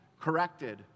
corrected